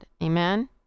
Amen